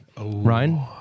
Ryan